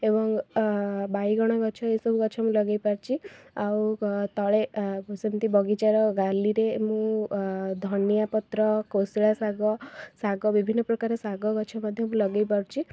ବାଇଗଣ ଗଛ ଏସବୁ ଗଛ ବି ଲଗାଇପାରିଛି ଆଉ ତଳେ ସେମିତି ବଗିଚାର ଗାଲିରେ ମୁଁ ଧନିଆପତ୍ର କୋଶିଳାଶାଗ ଶାଗ ବିଭିନ୍ନ ପ୍ରକାର ଶାଗଗଛ ମଧ୍ୟ ଲଗାଇପାରିଛି